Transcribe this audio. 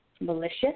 malicious